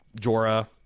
jorah